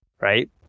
right